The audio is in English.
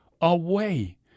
away